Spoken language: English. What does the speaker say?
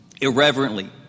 irreverently